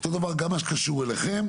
אותו דבר גם מה שקשור אליכם.